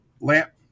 Lamp